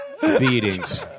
Beatings